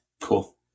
cool